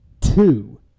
two